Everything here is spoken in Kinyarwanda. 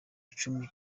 icumi